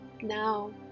Now